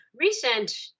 recent